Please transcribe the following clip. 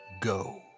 go